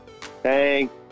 Thanks